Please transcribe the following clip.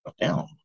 down